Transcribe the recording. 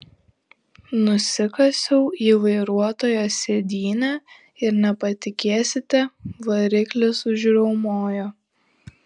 nusikasiau į vairuotojo sėdynę ir nepatikėsite variklis užriaumojo